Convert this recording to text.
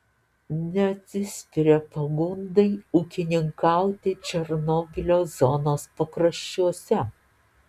neatsispiria pagundai ūkininkauti černobylio zonos pakraščiuose